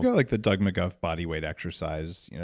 yeah like, the doug mcguff body weight exercise, you know,